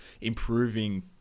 improving